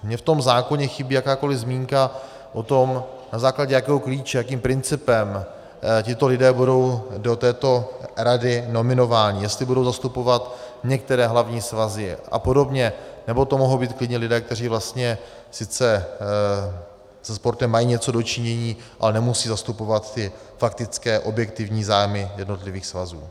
Mně v tom zákoně chybí jakákoli zmínka o tom, na základě jakého klíče, jakým principem tito lidé budou do této rady nominováni, jestli budou zastupovat některé hlavní svazy, nebo to mohou být klidně lidé, kteří sice se sportem mají něco do činění, ale nemusí zastupovat ty faktické objektivní zájmy jednotlivých svazů.